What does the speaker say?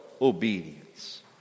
obedience